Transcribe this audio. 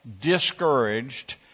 discouraged